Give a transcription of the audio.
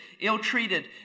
ill-treated